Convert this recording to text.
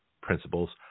principles